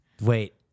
Wait